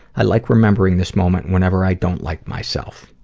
i like remembering this moment whenever i don't like myself.